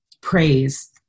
praise